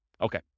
Okay